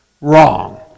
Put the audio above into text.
Wrong